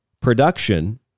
production